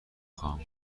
خواهم